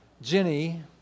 Jenny